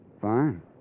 Fine